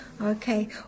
Okay